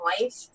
life